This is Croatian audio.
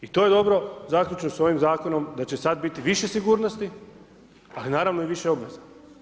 I to je dobro, zaključno s ovim zakonom da će sad biti više sigurnosti, ali naravno i više obveza.